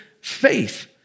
faith